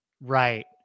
Right